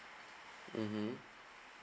mmhmm